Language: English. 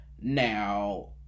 Now